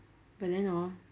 but then hor